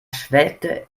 schwelgte